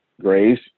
grace